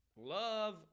Love